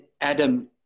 Adam